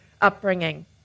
upbringing